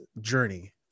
journey